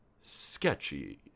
sketchy